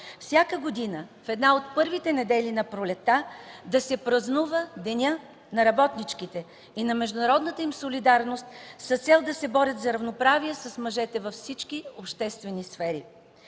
всяка година в една от първите недели на пролетта да се празнува денят на работничките и на международната им солидарност с цел да се борят за равноправие с мъжете във всички обществени сфери.